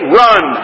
run